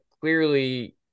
clearly